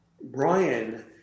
Brian